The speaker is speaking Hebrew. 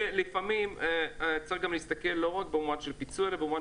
לפעמים צריך להסתכל לא רק במובנים של פיצוי אלא במובן